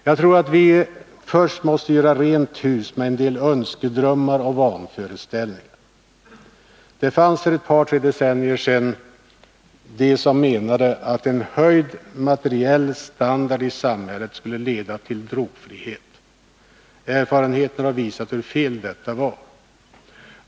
Först måste vi göra rent hus med en del önskedrömmar och vanföreställningar. Det fanns för ett par tre decennier sedan de som menade att en höjd materiell standard i samhället skulle leda till drogfrihet. Erfarenheten har visat hur fel detta var.